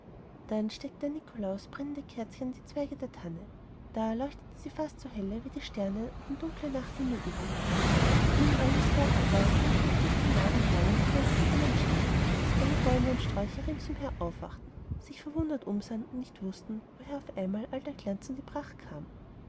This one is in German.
dann steckte der nikolaus brennende kerzchen an die zweige der tanne da leuchtete sie fast so helle wie die sternlein an dem dunklen nachthimmel über ihr wie nun alles fertig war klingelte christkind laut und lange mit seiner silbernen schelle daß alle bäume und sträucher ringsumher aufwachten sich verwundert umsahen und nicht wußten woher auf einmal all der glanz und die pracht kam